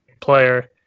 player